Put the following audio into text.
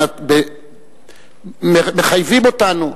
מחייבים אותנו,